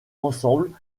ensemble